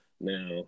Now